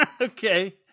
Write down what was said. Okay